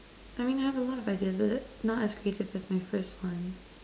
I mean you have a lot of ideas but they're not as creative as my first one